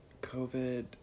covid